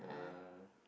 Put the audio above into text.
uh